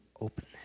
Open